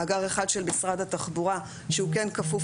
מאגר אחד של משרד התחבורה שהוא כן כפוף